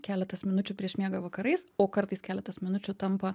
keletas minučių prieš miegą vakarais o kartais keletas minučių tampa